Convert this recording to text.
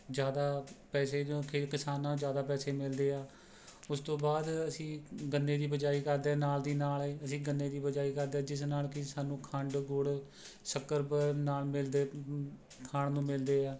ਜ਼ਿਆਦਾ ਪੈਸੇ ਨੂੰ ਕਿ ਕਿਸਾਨਾਂ ਜ਼ਿਆਦਾ ਪੈਸੇ ਮਿਲਦੇ ਆ ਉਸ ਤੋਂ ਬਾਅਦ ਅਸੀਂ ਗੰਨੇ ਦੀ ਬਿਜਾਈ ਕਰਦੇ ਨਾਲ ਦੀ ਨਾਲ ਅਸੀਂ ਗੰਨੇ ਦੀ ਬਿਜਾਈ ਕਰਦੇ ਜਿਸ ਨਾਲ ਕਿ ਸਾਨੂੰ ਖੰਡ ਗੁੜ ਸ਼ੱਕਰ ਬ ਨਾਲ ਮਿਲਦੇ ਖਾਣ ਨੂੰ ਮਿਲਦੇ ਹੈ